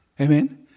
Amen